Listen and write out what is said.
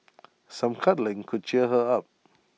some cuddling could cheer her up